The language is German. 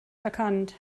erkannt